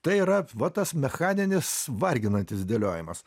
tai yra va tas mechaninis varginantis dėliojimas